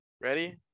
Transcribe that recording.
ready